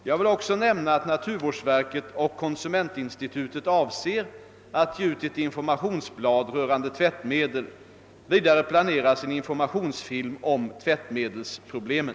Jag vill också nämna att naturvårdsverket och konsumentinstituiet avser att ge ut ett informationsblad rörande tvättmedel. Vidare planeras en informationsfilm om tvättmedelsproblemen.